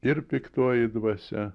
ir piktoji dvasia